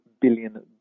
billion